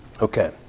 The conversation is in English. Okay